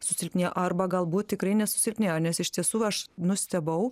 susilpnėjo arba galbūt tikrai nesusilpnėjo nes iš tiesų aš nustebau